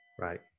Right